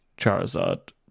Charizard